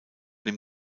dem